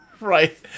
Right